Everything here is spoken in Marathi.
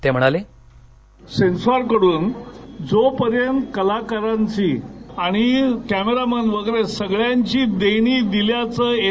ते म्हणाले सेन्सॉरकडून जोपर्यंत कलाकारांची आणि कॅमेरामन वगैरे सगळ्यांची देणी दिल्याचं एन